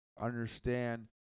understand